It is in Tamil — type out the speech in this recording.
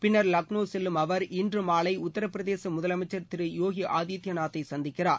பின்னர் லக்னோ செல்லும் அவர் இன்று மாலை உத்தரப்பிரதேச முதலமைச்சர் திரு யோகி ஆதித்பநாத்தை சந்திக்கிறார்